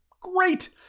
Great